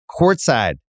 courtside